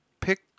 Pick